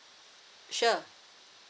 sure